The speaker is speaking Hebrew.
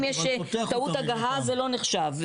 אם יש טעות הגהה זה לא נחשב,